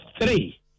three